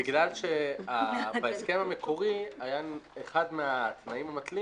כי אחד התנאים המתלים